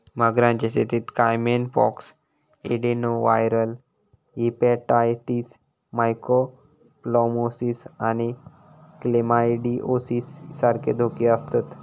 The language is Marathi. मगरांच्या शेतीत caiman pox, adenoviral hepatitis, mycoplasmosis आणि क्लेमायडिओसिस सारखे धोके आसतत